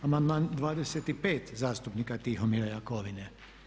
Amandman 25. zastupnika Tihomira Jakovine.